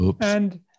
And-